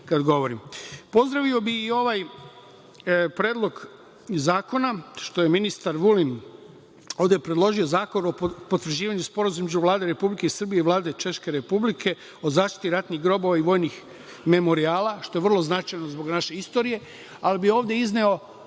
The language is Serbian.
kad govorim. Pozdravio bih i ovaj Predlog zakona, što je ministar Vulin ovde predložio, zakon o potvrđivanju Sporazuma između Vlade Republike Srbije i Vlade Češke Republike o zaštiti ratnih grobova i vojnih memorijala, što je vrlo značajno zbog naše istorije. Ovde bih izneo